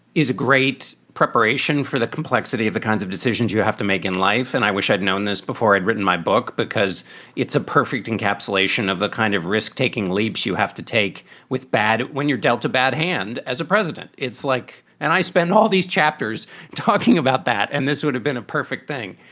is a great preparation for the complexity of the kinds of decisions you have to make in life. and i wish i'd known this before i'd written my book because it's a perfect encapsulation of the kind of risk taking leaps you have to take with bad when you're dealt a bad hand as a president. it's like and i spend all these chapters talking about that, and this would have been a perfect thing.